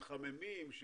מתחממים,